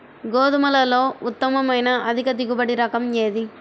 గోధుమలలో ఉత్తమమైన అధిక దిగుబడి రకం ఏది?